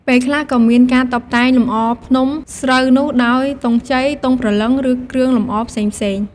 ពេលខ្លះក៏មានការតុបតែងលម្អភ្នំស្រូវនោះដោយទង់ជ័យ ទង់ព្រលឹង ឬគ្រឿងលម្អផ្សេងៗ។